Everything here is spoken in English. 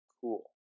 cool